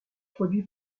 produit